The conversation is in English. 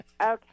Okay